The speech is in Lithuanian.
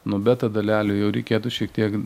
nuo beta dalelių jau reikėtų šiek tiek